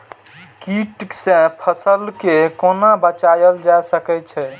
कीट से फसल के कोना बचावल जाय सकैछ?